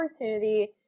opportunity